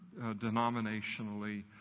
denominationally